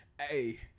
hey